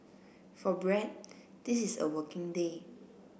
for Brad this is a working day